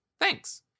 Thanks